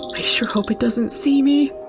i sure hope it didn't see me!